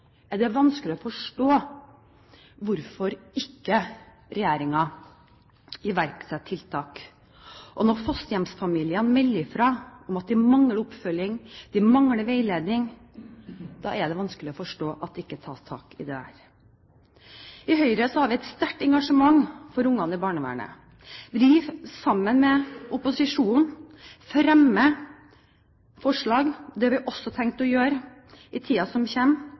at de mangler oppfølging, de mangler veiledning, er det vanskelig å forstå at det ikke tas tak i dette. I Høyre har vi et sterkt engasjement for barna i barnevernet. Vi, sammen med resten av opposisjonen, fremmer forslag. Det har vi også tenkt å gjøre i tiden som